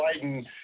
Biden